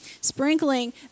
Sprinkling